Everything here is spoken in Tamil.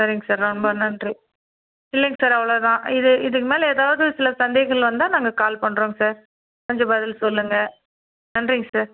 சரிங்க சார் ரொம்ப நன்றி இல்லைங்க சார் அவ்வளோதான் இது இதுக்கு மேலே ஏதாவது சில சந்தேகள் வந்தா நாங்கள் கால் பண்ணுறோங்க சார் கொஞ்சம் பதில் சொல்லுங்க நன்றிங்க சார்